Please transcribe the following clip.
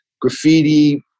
Graffiti